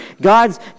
God's